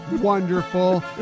wonderful